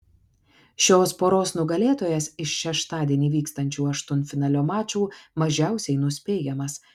šios poros nugalėtojas iš šeštadienį vykstančių aštuntfinalio mačų mažiausiai nuspėjamas